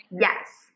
Yes